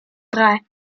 drei